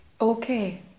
Okay